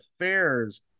affairs